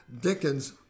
Dickens